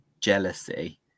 jealousy